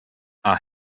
are